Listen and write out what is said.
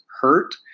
hurt